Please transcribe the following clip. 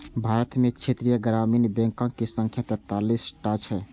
भारत मे क्षेत्रीय ग्रामीण बैंकक संख्या तैंतालीस टा छै